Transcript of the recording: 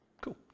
Cool